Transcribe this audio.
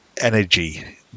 energy